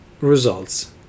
Results